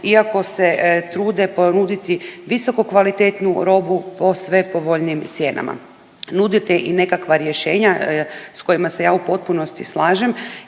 iako se trude ponuditi visoko kvalitetnu robu po sve povoljnijim cijenama. Nudite i nekakva rješenja s kojima se ja u potpunosti slažem